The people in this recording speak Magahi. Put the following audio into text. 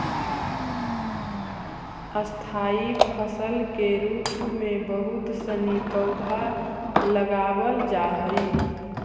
स्थाई फसल के रूप में बहुत सनी पौधा लगावल जा हई